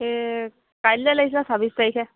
এই কাইলৈ লাগিছিলে ছাব্বিছ তাৰিখে